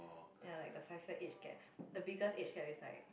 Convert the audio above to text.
ya like the five year age gap the biggest age gap is like